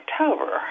October